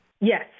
Yes